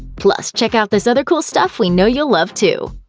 plus, check out this other cool stuff we know you'll love too!